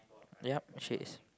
yup shades